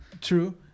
True